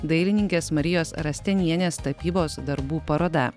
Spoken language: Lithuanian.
dailininkės marijos rastenienės tapybos darbų paroda